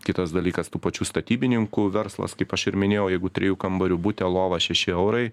kitas dalykas tų pačių statybininkų verslas kaip aš ir minėjau jeigu trijų kambarių bute lova šeši eurai